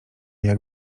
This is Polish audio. jak